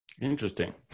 Interesting